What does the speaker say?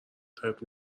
تایپ